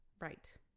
right